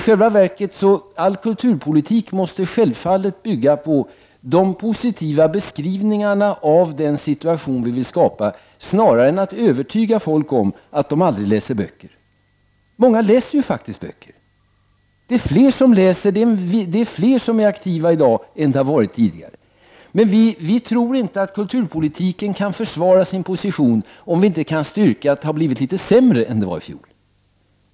Hela kulturpolitiken måste självfallet bygga på de positiva beskrivningar av den situation vi vill skapa snarare än att övertyga folk om att de aldrig läser böcker. Många läser ju faktiskt böcker. Fler är aktiva i dag än det har varit tidigare, men vi tror inte att kulturpolitiken kan försvara sin position om vi inte kan styrka att det har blivit litet sämre än det var i fjol.